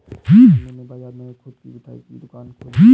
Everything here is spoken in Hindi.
मन्नू ने बाजार में खुद की मिठाई की दुकान खोली है